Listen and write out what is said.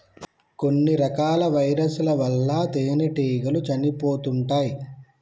కొన్ని రకాల వైరస్ ల వల్ల తేనెటీగలు చనిపోతుంటాయ్